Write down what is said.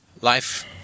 Life